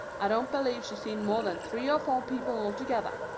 i don't believe she's seen more than three or four people altogether.